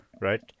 right